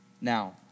Now